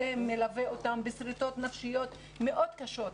זה מלווה אותם בשריטות נפשיות מאוד קשות.